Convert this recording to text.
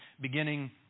beginning